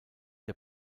der